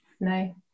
no